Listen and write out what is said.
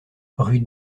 rue